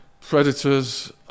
predators